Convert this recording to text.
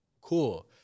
Cool